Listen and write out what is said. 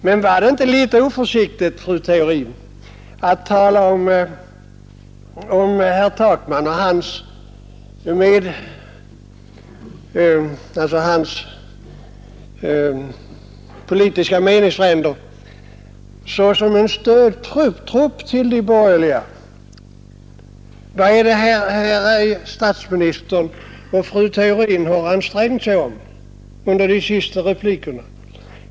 Men var det inte litet oförsiktigt, fru Theorin, att tala om herr Takman och hans politiska meningsfränder såsom stödtrupp till de borgerliga? Vad är det herr statsrådet och fru Theorin har ansträngt sig för under de senaste replikerna?